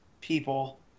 people